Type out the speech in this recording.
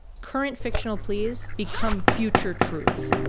current fictional, please become future truth